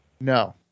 No